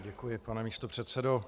Děkuji, pane místopředsedo.